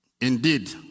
indeed